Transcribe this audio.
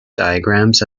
diagrams